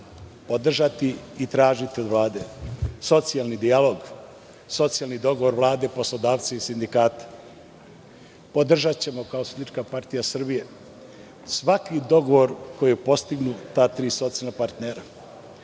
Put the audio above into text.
podržati i tražiti od Vlade socijalni dijalog, socijalni dogovor Vlade i poslodavaca i sindikata. Podržaćemo kao SPS svaki dogovor koji je postignu ta tri socijalna partnera,